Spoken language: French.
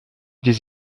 des